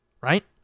Right